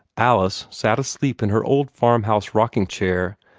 alice sat asleep in her old farmhouse rocking-chair,